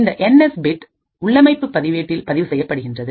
இந்த N S bit உள்ளமைப்பு பதிவேட்டில் பதிவு செய்யப்படுகின்றது